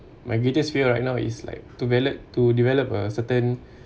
my greatest fear right now is like develop to develop a certain